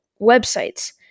websites